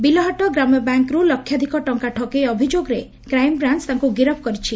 ବିଲହାଟ ଗ୍ରାମ୍ୟ ବ୍ୟାଙ୍କରୁ ଲକ୍ଷାଧିକ ଟଙ୍କା ଠକେଇ ଅଭିଯୋଗରେ କ୍ରାଇମ୍ବ୍ରାଅ୍ ତାଙ୍କୁ ଗିରଫ କରିଛି